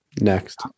Next